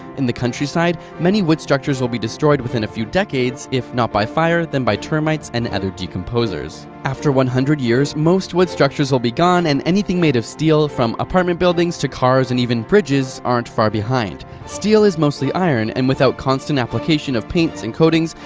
in the countryside, many wood structures will be destroyed within a few decades, if not by fire, then by termites and other decomposers. after one hundred years most wood structures will be gone, and anything made of steel from apartment buildings to cars and even bridges aren't far behind. steel is mostly iron, and without constant application of paints and coatings,